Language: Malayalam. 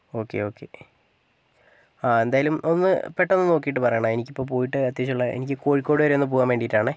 ഓക്കെ ഓക്കെ ആ എന്തായാലും ഒന്ന് പെട്ടെന്ന് നോക്കിയിട്ട് പറയണേ എനിക്ക് ഇപ്പോൾ പോയിട്ട് അത്യാവശ്യം ഉള്ള എനിക്ക് കോഴിക്കോട് വരെ ഒന്ന് പോകാൻ വേണ്ടിയിട്ടാണേ